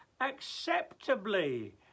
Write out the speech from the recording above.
acceptably